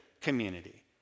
community